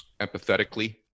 empathetically